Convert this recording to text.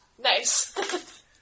Nice